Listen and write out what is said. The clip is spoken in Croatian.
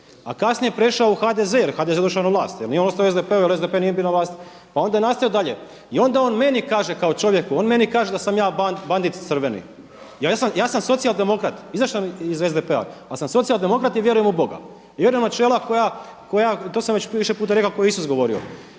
a kasnije prešao u HDZ, jer HDZ je došao na vlast, jer nije on ostao u SDP-u jer SDP nije bio na vlasti pa je nastavio dalje. I onda on meni kaže kao čovjeku, onda on meni kaže da sam ja bandit crveni. Ja sam socijaldemokrat, izašao sam iz SDP-a ali sam socijaldemokrat i vjerujem u Boga. Vjerujem u načela koja, to sam već više puta rekao koja je Isus govorio.